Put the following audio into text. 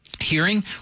hearing